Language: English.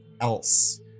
else